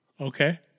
Okay